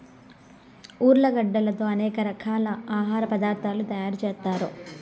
ఉర్లగడ్డలతో అనేక రకాల ఆహార పదార్థాలు తయారు చేత్తారు